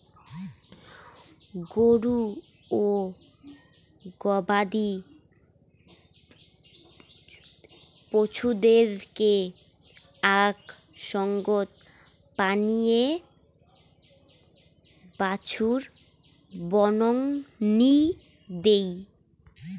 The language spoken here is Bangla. গরু ও গবাদি পছুদেরকে আক সঙ্গত পানীয়ে বাছুর বংনি দেই